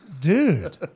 Dude